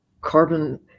Carbon